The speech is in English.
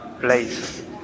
place